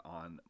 on